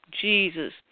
Jesus